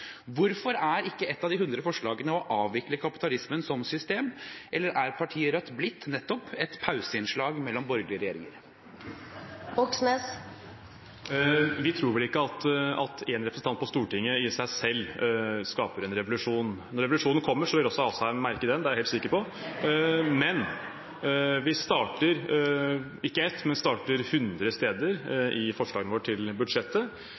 Hvorfor er ikke ett av de hundre forslagene å avvikle kapitalismen som system? Eller er partiet Rødt blitt nettopp et pauseinnslag mellom borgerlige regjeringer? Vi tror vel ikke at én representant på Stortinget i seg selv skaper en revolusjon. Når revolusjonen kommer, vil også Asheim merke den, det er jeg helt sikker på! Men vi starter ikke ett sted, vi starter hundre steder i forslagene våre til budsjettet.